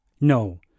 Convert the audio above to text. No